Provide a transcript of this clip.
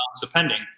depending